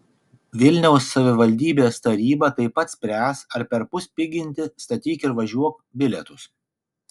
vilniaus savivaldybės taryba taip pat spręs ar perpus piginti statyk ir važiuok bilietus